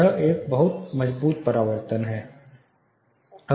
यह एक बहुत मजबूत परावर्तन है